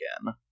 again